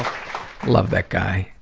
love that guy.